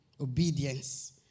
Obedience